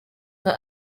nka